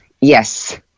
Yes